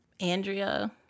Andrea